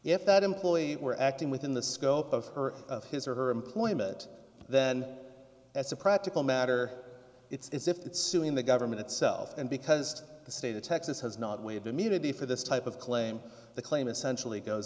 if that employee were acting within the scope of his or her employment then as a practical matter it's if it's suing the government itself and because the state of texas has not way of immunity for this type of claim the claim essentially goes